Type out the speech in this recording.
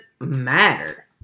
matter